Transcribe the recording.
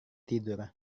tidur